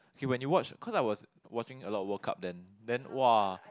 okay when you watch cause I was watching a lot of World Cup then then !wah!